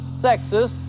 sexist